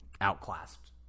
outclassed